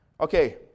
Okay